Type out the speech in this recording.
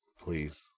Please